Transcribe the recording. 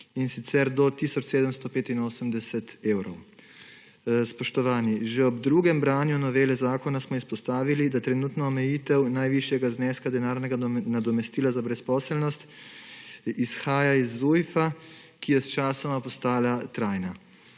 in sicer do tisoč 785 evrov. Spoštovani, že ob drugem branju novele zakona smo izpostavili, da trenutna omejitev najvišjega zneska denarnega nadomestila za brezposelnost izhaja iz Zujfa in je sčasoma postala trajna.